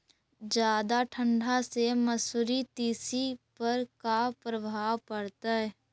जादा ठंडा से मसुरी, तिसी पर का परभाव पड़तै?